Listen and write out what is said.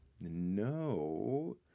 no